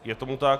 Je tomu tak.